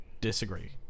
disagree